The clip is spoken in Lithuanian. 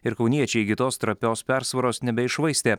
ir kauniečiai iki tos trapios persvaros nebeiššvaistė